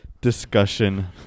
discussion